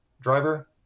driver